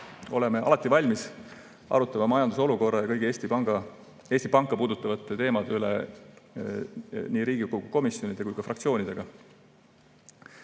Oleme alati valmis arutama majanduse olukorra ja kõigi Eesti Panka puudutavate teemade üle nii Riigikogu komisjonide kui ka fraktsioonidega.